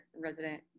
resident